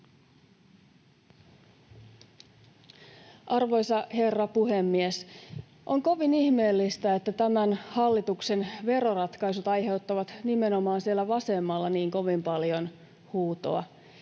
Arvoisa herra puhemies! On kovin ihmeellistä, että tämän hallituksen veroratkaisut aiheuttavat nimenomaan siellä vasemmalla niin kovin paljon huutoa.